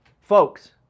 Folks